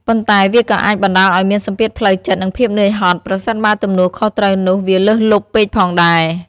ប៉ុន្តែវាក៏អាចបណ្ដាលឱ្យមានសម្ពាធផ្លូវចិត្ត និងភាពនឿយហត់ ប្រសិនបើទំនួលខុសត្រូវនោះវាលើសលប់ពេកផងដែរ។